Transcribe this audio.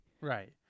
Right